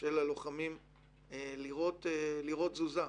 של הלוחמים לראות תזוזה.